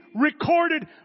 recorded